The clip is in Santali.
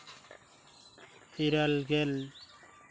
ᱤᱨᱟᱹᱞᱜᱮᱞ